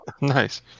Nice